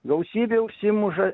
gausybė užsimuša